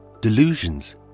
delusions